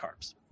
carbs